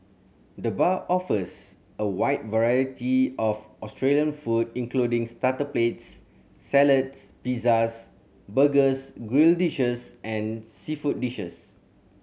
the bar offers a wide variety of Australian food including starter plates salads pizzas burgers grill dishes and seafood dishes